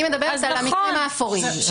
אני מדברת על המקרים האפורים.